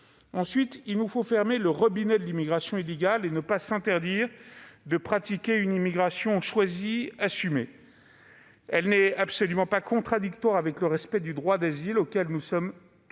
ensuite, fermer le robinet de l'immigration illégale et ne pas nous interdire de pratiquer une immigration choisie assumée. Une telle pratique n'est absolument pas contradictoire avec le respect du droit d'asile, auquel nous sommes toutes